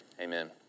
amen